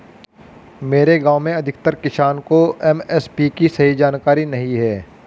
मेरे गांव में अधिकतर किसान को एम.एस.पी की सही जानकारी नहीं है